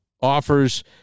offers